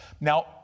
Now